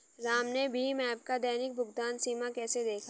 राम ने भीम ऐप का दैनिक भुगतान सीमा कैसे देखा?